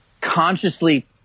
consciously